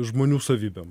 žmonių savybėm